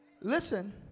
Listen